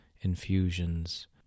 infusions